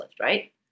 right